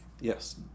Yes